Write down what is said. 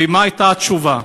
ומה הייתה התשובה.